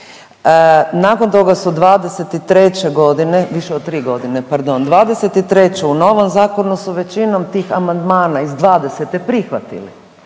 Nakon toga su '23.g., više od tri godine pardon, 2023. u novom zakonu su većinu tih amandmana iz '20. prihvatili